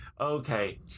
Okay